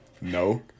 No